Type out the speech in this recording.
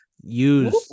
Use